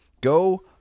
go